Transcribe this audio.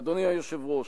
אדוני היושב-ראש,